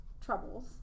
troubles